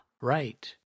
Right